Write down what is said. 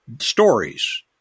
stories